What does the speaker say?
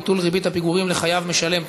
ביטול ריבית הפיגורים לחייב משלם),